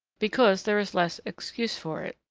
because there is less excuse for it.